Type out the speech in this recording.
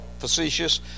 facetious